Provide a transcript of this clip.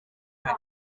kare